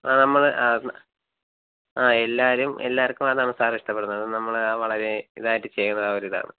ആ നമ്മൾ ആ എല്ലാവരും എല്ലാവർക്കും അതാണ് സാർ ഇഷ്ടപ്പെടുന്നത് നമ്മൾ വളരെ ഇതായിട്ട് ചെയ്യുന്ന ആ ഒരിതാണ്